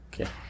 okay